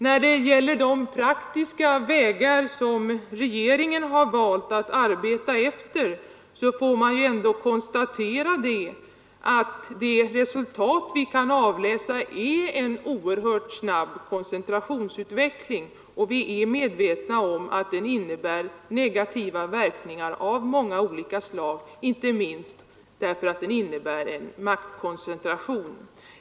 När det gäller de praktiska vägar som regeringen har valt att arbeta efter får man väl ändå konstatera att det resultat vi kan avläsa är en oerhört snabb koncentrationsutveckling. Vi är medvetna om att den innebär negativa verkningar av många olika slag, inte minst därför att den innebär en maktkoncentration.